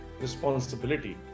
responsibility